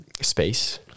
space